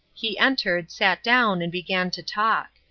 he entered, sat down, and began to talk.